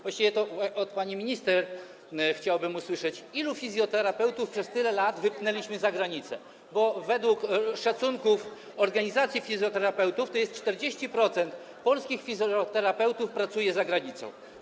Właściwie to od pani minister chciałbym usłyszeć, ilu fizjoterapeutów przez tyle lat wypchnęliśmy za granicę, bo według szacunków organizacji fizjoterapeutów 40% polskich fizjoterapeutów pracuje za granicą.